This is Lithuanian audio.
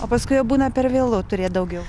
o paskui jau būna per vėlu turėt daugiau